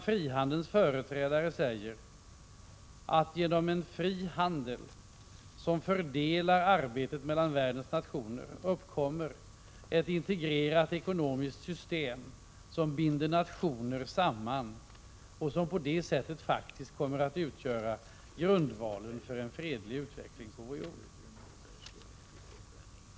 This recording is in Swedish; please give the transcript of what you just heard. Frihandelns företrädare däremot säger att det genom en fri handel, som fördelar arbetet mellan världens nationer, uppkommer ett integrerat ekonomiskt system som binder nationer samman och på det sättet faktiskt 175 kommer att utgöra grundvalen för en fredlig utveckling på vår jord.